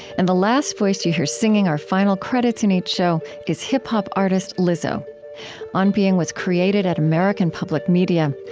and the last voice that you hear singing our final credits in each show is hip-hop artist lizzo on being was created at american public media.